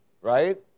right